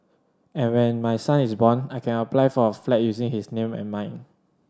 and when my son is born I can apply for a flat using his name and mine